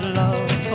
love